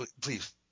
please